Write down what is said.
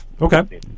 Okay